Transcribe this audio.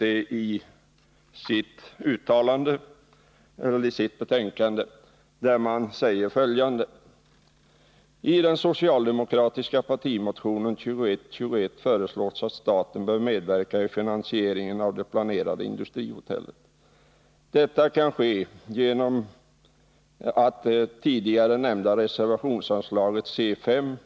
detta i sitt betänkande, dä; man sade: ”I den socialdemokratiska partimotionen 2121 föreslås att staten bör medverka i finansieringen av det planerade industrihotellet. Det kan ske genom att det tidigare nämnda reservationsanslaget C5.